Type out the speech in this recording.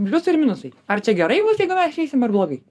pliusai ir minusai ar čia gerai bus jeigu mes išeisim ar blogai